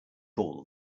all